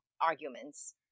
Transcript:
arguments